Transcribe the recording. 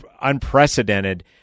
unprecedented